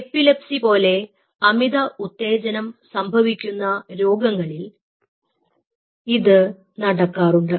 epilepsy പോലെ അമിത ഉത്തേജനം സംഭവിക്കുന്ന രോഗങ്ങളിൽ ഇത് നടക്കാറുണ്ട്